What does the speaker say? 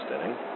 inning